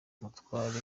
umutware